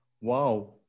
Wow